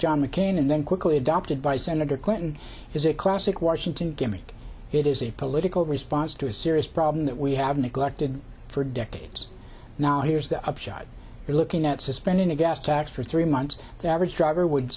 john mccain and then quickly adopted by senator clinton is a classic washington gimmick it is a political response to a serious problem that we have neglected for decades now here's the upshot you're looking at suspending the gas tax for three months that average driver would